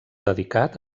dedicat